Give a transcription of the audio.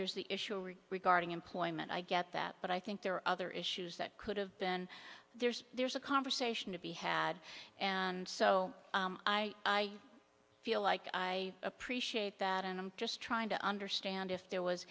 there's the issue regarding employment i get that but i think there are other issues that could have been there's there's a conversation to be had and so i feel like i appreciate that and i'm just trying to understand if there was